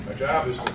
job is